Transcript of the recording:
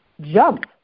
jump